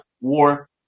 war